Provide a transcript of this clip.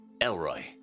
Elroy